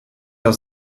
der